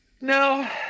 no